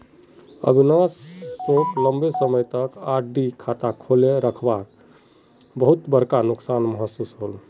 अविनाश सोक लंबे समय तक आर.डी खाता खोले रखवात बहुत बड़का नुकसान महसूस होल